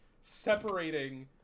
separating